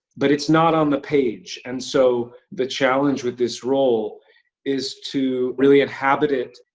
but it's not on the page, and so, the challenge with this role is to really inhabit it.